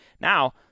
Now